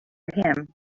him